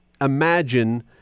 imagine